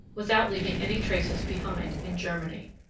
without leaving any traces behind in germany.